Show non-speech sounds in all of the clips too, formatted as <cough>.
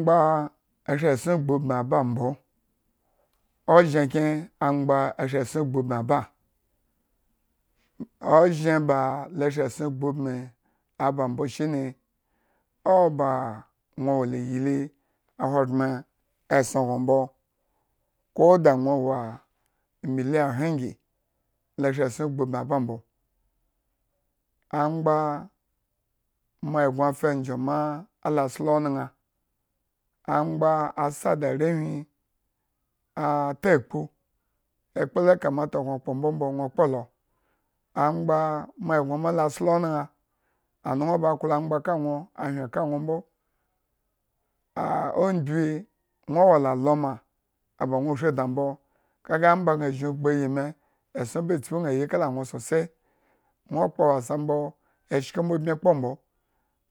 Mba ashri esson gbubmi aba mbo, ozhen kyen angba ashri esson gbubmi aba mbo shine, owa ba nwo wola iyli ahogbren esson gno mbo, ko da nwo waa emillion ahren ngi, lashri esson gbubmi aba mbo angban, moa eggon fa enzho maa alo sla oñan, angba aja da arewhi a takpu, ekpla le kamata gno kpo mbo mbo nwo kpo lo. Angba moeggon ma la sla oñan, añon ba klo angba ka nwo ahyen ka nwo mbo, aa umgbibinwo wola alo ma aba nwo shri dna mbo kaga omba gna zhingbu ayi mi, esson ba tpu ña ayi kala nwo sosai, nwo kpo wasa mbo eshko mbobmi kpo mbo.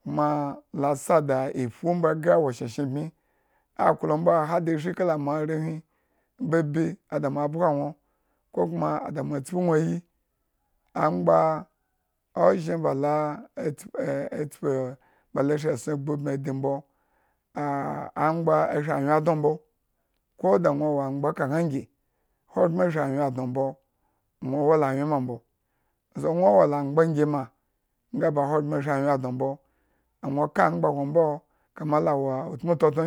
kuma lasa da iphu asre awro shyeshenbmi, aklo mbo ahada eshri kala moarewhi babi ada mo abga nwo kokumaada mo tpu nwoyi, angba ozhen <unintelligible> balo shri esson gbubmi aba mbo, aa angba shri anwye dno mbo, koda nwo wo angba ekañaa ngi, ahogbren shri anwyen dnonwo wola anwyenma mbo. Aze nwo wola angba ngi ma, nga ba ahogbren shri anwyen dno mbo, nwo ka angba gno mbo kama la wo utmu totno ngi